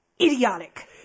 idiotic